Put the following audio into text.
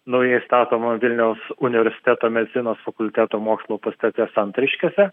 naujai statomo vilniaus universiteto medicinos fakulteto mokslo pastate santariškėse